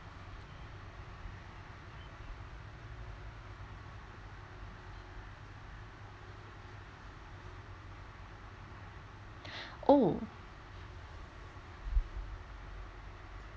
oh